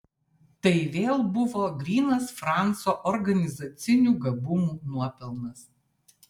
tai vėl buvo grynas franco organizacinių gabumų nuopelnas